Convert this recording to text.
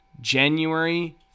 January